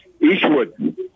eastwood